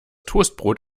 toastbrot